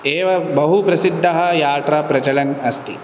एव बहु प्रसिड्डः यात्रा प्रचलन् अस्ति